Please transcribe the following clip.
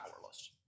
powerless